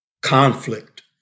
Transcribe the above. conflict